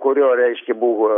kurio reiškia buvo